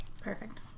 Perfect